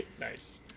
Nice